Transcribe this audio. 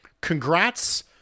Congrats